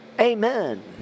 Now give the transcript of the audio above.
Amen